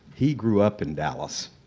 he grew up in dallas.